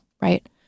right